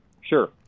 Sure